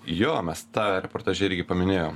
jo mes tą reportaže irgi paminėjom